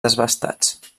desbastats